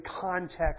context